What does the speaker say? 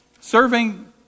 Serving